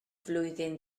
flwyddyn